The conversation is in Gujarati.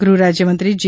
ગૃહ રાજ્યમંત્રી જી